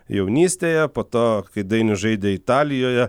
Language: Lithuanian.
jaunystėje po to kai dainius žaidė italijoje